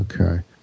Okay